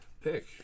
pick